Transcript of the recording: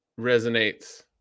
resonates